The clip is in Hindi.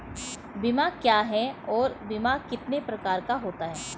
बीमा क्या है और बीमा कितने प्रकार का होता है?